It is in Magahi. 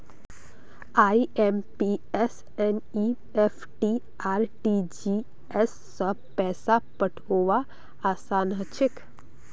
आइ.एम.पी.एस एन.ई.एफ.टी आर.टी.जी.एस स पैसा पठऔव्वार असान हछेक